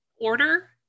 order